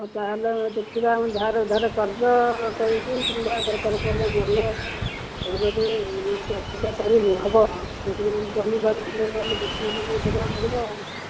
ହଉ ତାହେଲେ ଦେଖିବା ଧାର ଉଧାର କରଜ କରିକି କିମ୍ବା ଦରକାର ପଡ଼ିଲେ ଜଣେ ଯଦି ଚାକିରି ଟା କରିବୁ ହବ ଜମିବାଡ଼ି ଖଣ୍ଡେ ବିକି କିରି ନହେଲେ ଦେବାକୁ ପଡ଼ିବ ଆଉ